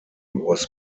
was